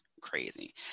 crazy